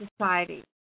society